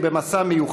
בנושא: